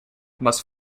must